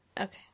Okay